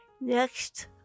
Next